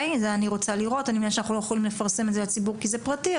אני מבינה שאנחנו לא יכולים לפרסם את זה לציבור כי זה פרטי,